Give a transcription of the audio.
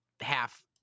half